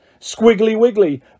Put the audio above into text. Squiggly-wiggly